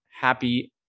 happy